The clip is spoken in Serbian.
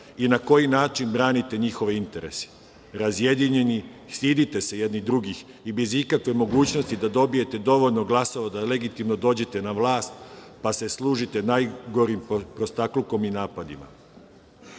i na koji način branite njihove interese, razjedinjeni, stidite se jedni drugih i bez ikakve mogućnosti da dobijete dovoljno glasova da legitimno dođete na vlast, pa se služite najgorim prostaklukom i